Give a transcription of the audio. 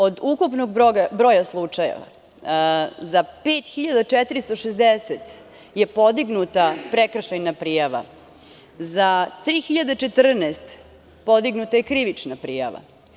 Od ukupnog broja slučajeva za 5.460 je podignuta prekršajna prijava, za 3.014. podignuta je krivična prijava.